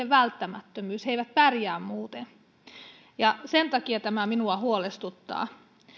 välttämättömyys he eivät pärjää muuten ja sen takia tämä minua huolestuttaa